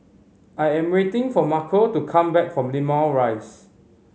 I am waiting for Marco to come back from Limau Rise